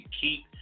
keep